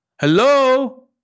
hello